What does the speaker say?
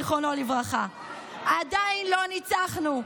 זיכרונו לברכה: עדיין לא ניצחנו.